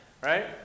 Right